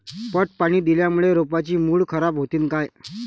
पट पाणी दिल्यामूळे रोपाची मुळ खराब होतीन काय?